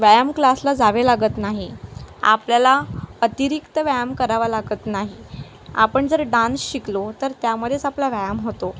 व्यायाम क्लासला जावे लागत नाही आपल्याला अतिरिक्त व्यायाम करावा लागत नाही आपण जर डान्स शिकलो तर त्यामध्येच आपला व्यायाम होतो